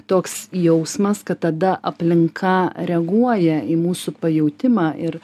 toks jausmas kad tada aplinka reaguoja į mūsų pajautimą ir